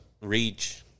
reach